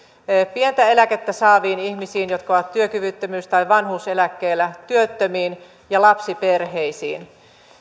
pientä eläkettä saaviin ihmisiin jotka ovat työkyvyttömyys tai vanhuuseläkkeellä työttömiin ja lapsiperheisiin